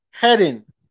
Heading